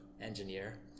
engineer